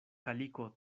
kaliko